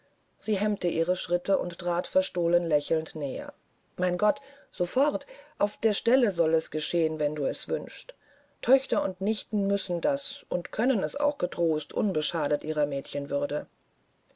sie hemmte ihre schritte und trat verstohlen lächelnd näher mein gott sofort auf der stelle soll es geschehen wenn du es wünschest töchter und nichten müssen das und können es auch getrost unbeschadet ihrer